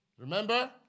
Remember